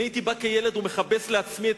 אני כילד הייתי בא הביתה ומכבס לעצמי את